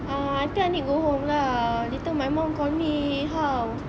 ah I think I need go home lah later my mum call me how